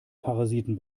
parasiten